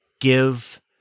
give